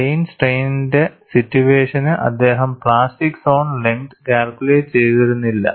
plain സ്ട്രെയ്നിന്റെ സിറ്റുവേഷനു അദ്ദേഹം പ്ലാസ്റ്റിക് സോൺ ലെങ്ത് കാൽക്കുലേറ്റ് ചെയ്തിരുന്നില്ല